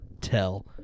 tell